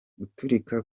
guturika